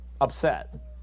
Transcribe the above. upset